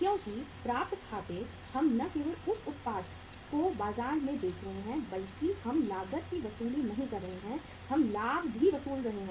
क्योंकि प्राप्त खाते हम न केवल उस उत्पाद को बाजार में बेच रहे हैं बल्कि हम लागत की वसूली नहीं कर रहे हैं हम लाभ भी वसूल कर रहे हैं